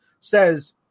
says